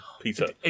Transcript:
Peter